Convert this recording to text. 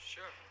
Sure